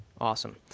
Awesome